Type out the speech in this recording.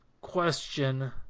question